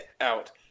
out